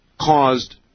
caused